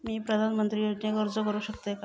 मी पंतप्रधान योजनेक अर्ज करू शकतय काय?